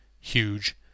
huge